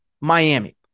Miami